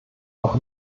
noch